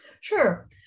Sure